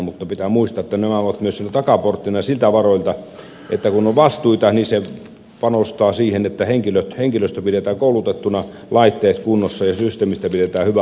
mutta pitää muistaa että nämä ovat myös siellä takaporttina siltä varalta että kun on vastuita se panostaa siihen että henkilöstö pidetään koulutettuna laitteet kunnossa ja systeemistä pidetään hyvää huolta